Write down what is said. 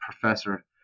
professor